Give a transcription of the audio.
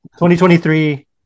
2023